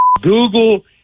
google